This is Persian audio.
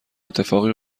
اتفاقی